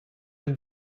den